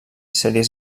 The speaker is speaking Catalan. sèries